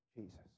Jesus